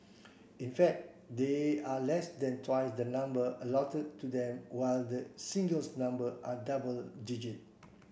in fact they are less than twice the number allotted to them while the singles number are double digit